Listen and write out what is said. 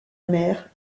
mère